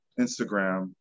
Instagram